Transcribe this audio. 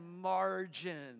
margin